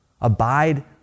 abide